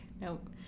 nope